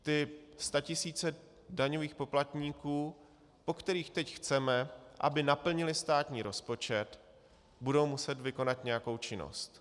Ty statisíce daňových poplatníků, po kterých teď chceme, aby naplnili státní rozpočet, budou muset vykonat nějakou činnost.